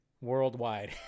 worldwide